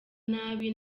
nabi